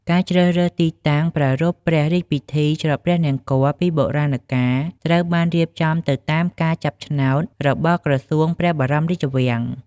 ការជ្រើសរើសទីតាំងប្រារព្វព្រះរាជពិធីច្រត់ព្រះនង្គ័លពីបុរាណកាល ត្រូវបានរៀបចំឡើងទៅតាមការចាប់ឆ្នោត របស់ក្រសួងព្រះបរមរាជវាំង។